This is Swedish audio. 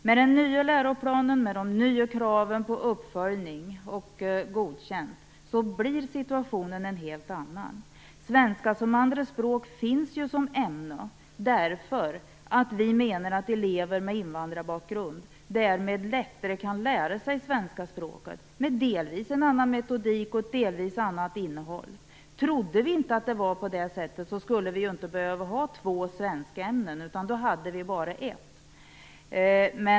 Med den nya läroplanen och de nya kraven på uppföljning och betyget Godkänd blir situationen en helt annan. Svenska som andra språk finns som ämne därför att vi menar att elever med invandrarbakgrund därmed lättare kan lära sig svenska språket med delvis en annan metodik och delvis ett annat innehåll. Trodde vi inte att det var på det sättet skulle vi inte behöva ha två svenskämnen, utan då hade vi bara ett.